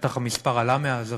בטח המספר עלה מאז,